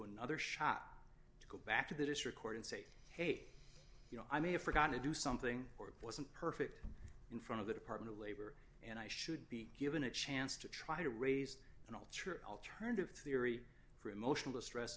another shot to go back to the district court and say hey you know i may have forgot to do something or it wasn't perfect in front of the department of labor and i should be given a chance to try to raise and all true alternative theory for emotional distress